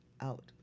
out